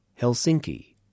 Helsinki